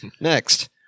next